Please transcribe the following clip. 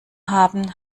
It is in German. haben